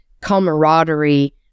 camaraderie